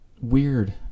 weird